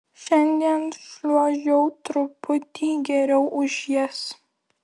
šiandien šliuožiau truputį geriau už jas